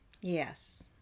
yes